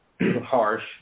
harsh